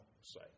say